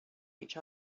each